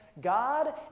God